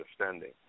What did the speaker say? understanding